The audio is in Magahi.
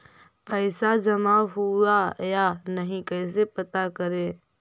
पैसा जमा हुआ या नही कैसे पता करे?